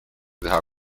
teha